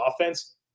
offense